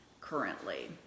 currently